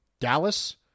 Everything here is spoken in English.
Dallas